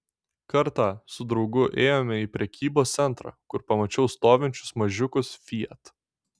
kartą su draugu ėjome į prekybos centrą kur pamačiau stovinčius mažiukus fiat